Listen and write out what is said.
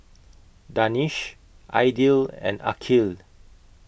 Danish Aidil and Aqil